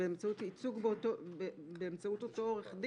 באמצעות ייצוג באמצעות אותו עורך דין.